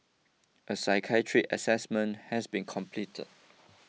a psychiatric assessment has been completed